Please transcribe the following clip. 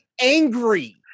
angry